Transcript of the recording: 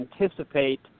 anticipate